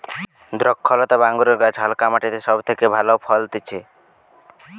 দ্রক্ষলতা বা আঙুরের গাছ হালকা মাটিতে সব থেকে ভালো ফলতিছে